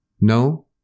No